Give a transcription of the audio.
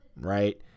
right